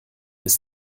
ist